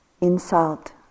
insult